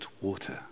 water